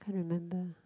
can't remember